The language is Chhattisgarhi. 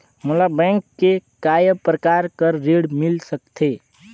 मोला बैंक से काय प्रकार कर ऋण मिल सकथे?